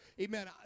Amen